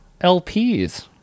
LPs